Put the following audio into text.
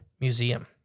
Museum